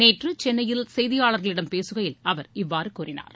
நேற்று சென்னையில் செய்தியாளர்களிடம் பேசுகையில் அவர் இவ்வாறு கூறினார்